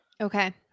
Okay